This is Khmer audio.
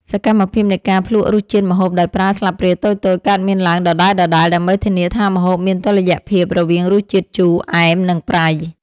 សកម្មភាពនៃការភ្លក្សរសជាតិម្ហូបដោយប្រើស្លាបព្រាតូចៗ កើតមានឡើងដដែលៗដើម្បីធានាថាម្ហូបមានតុល្យភាពរវាងរសជាតិជូរ អែម និងប្រៃ។